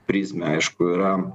prizmę aišku yra